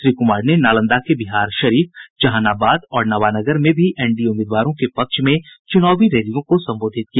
श्री कुमार ने नालंदा के बिहारशरीफ जहानाबाद और नाबानगर में भी एनडीए उम्मीदवारों के पक्ष में चुनावी रैलियों को संबोधित किया